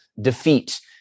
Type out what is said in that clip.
defeat